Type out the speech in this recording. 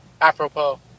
apropos